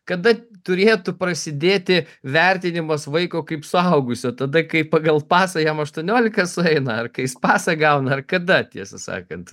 kada turėtų prasidėti vertinimas vaiko kaip suaugusio tada kai pagal pasą jam aštuoniolika sueina ar kai jis pasą gauna ar kada tiesą sakant